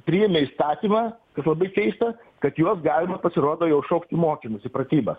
priėmė įstatymą kas labai keista kad juos galima pasirodo jau šaukt į mokymus į pratybas